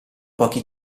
pochi